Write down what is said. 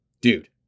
dude